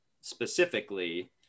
specifically